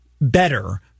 better